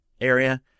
area